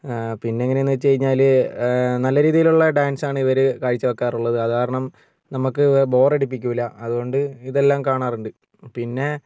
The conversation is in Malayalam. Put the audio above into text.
പിന്നെങ്ങനെന്ന് വെച്ച് കഴിഞ്ഞാൽ നല്ല രീതിയിലുള്ള ഡാൻസാണ് ഇവർ കാഴ്ചവെയ്ക്കാറുള്ളത് അതുകാരണം നമ്മുക്ക് ബോറടിപ്പിക്കൂല അതുകൊണ്ട് ഇതെല്ലാം കാണാറുണ്ട് പിന്നെ